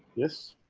yes,